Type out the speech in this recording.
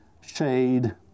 shade